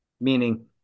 Meaning